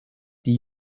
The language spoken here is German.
die